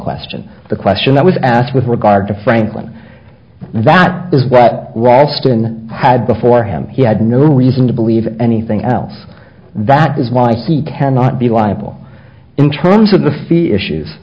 question the question that was asked with regard to franklin that is what ralston had before him he had no reason to believe anything else that is why some cannot be liable in terms of the fee issue